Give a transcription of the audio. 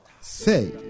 Say